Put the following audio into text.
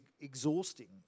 exhausting